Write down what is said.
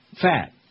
fat